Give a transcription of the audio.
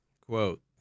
quote